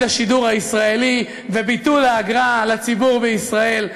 השידור הישראלי וביטול האגרה לציבור בישראל.